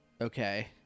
Okay